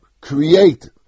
create